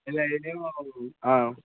இல்லை இதுவும் ஆ